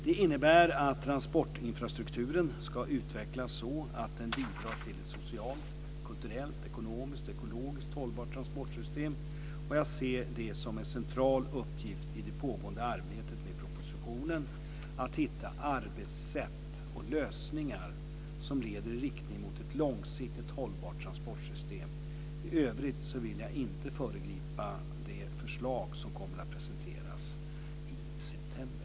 Det innebär att transportinfrastrukturen ska utvecklas så att den bidrar till ett socialt, kulturellt, ekonomiskt och ekologiskt hållbart transportsystem. Jag ser det som en central uppgift i det pågående arbetet med propositionen att hitta arbetssätt och lösningar som leder i riktning mot ett långsiktigt hållbart transportsystem. I övrigt vill jag inte föregripa de förslag som kommer att presenteras i september.